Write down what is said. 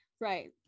right